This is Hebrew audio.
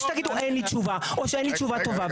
או שתגידו 'אין לי תשובה' או 'אין לי תשובה טובה'.